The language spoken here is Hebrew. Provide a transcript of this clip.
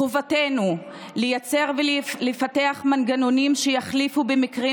חובתנו לייצר ולפתח מנגנונים שיחליפו במקרים